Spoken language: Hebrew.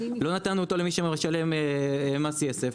לא נתנו אותו למי שמשלם מס יסף.